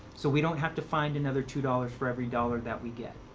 so we don't have to find another two dollars for every dollar that we get.